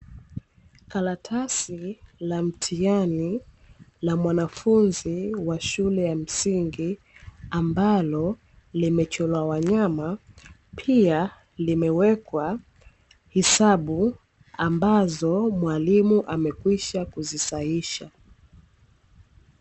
karatasi la mtihani la mwanafunzi wa shule ya msingi ambalo limechorwa wanyama pia limewekwa hesabu ambazo mwalimu amekwisha kuzisahihisha .